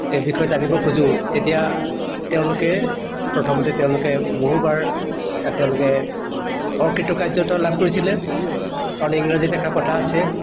এই বিষয়ে জানিব খোজোঁ তেতিয়া তেওঁলোকে প্ৰথমতে তেওঁলোকে বহুবাৰ তেওঁলোকে অকৃতকাৰ্য্য়তা লাভ কৰিছিলে কাৰণ ইংৰাজীত এষাৰ কথা আছে